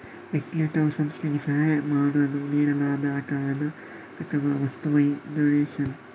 ವ್ಯಕ್ತಿ ಅಥವಾ ಸಂಸ್ಥೆಗೆ ಸಹಾಯ ಮಾಡಲು ನೀಡಲಾದ ಹಣ ಅಥವಾ ವಸ್ತುವವೇ ಡೊನೇಷನ್